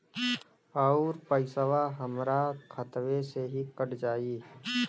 अउर पइसवा हमरा खतवे से ही कट जाई?